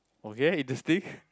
okay interesting